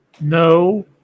No